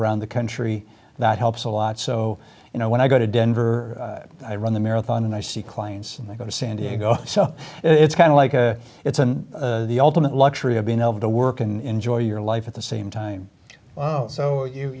around the country that helps a lot so you know when i go to denver i run the marathon and i see clients and they go to san diego so it's kind of like a it's and the ultimate luxury of being able to work in joy your life at the same time so you